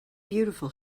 beautiful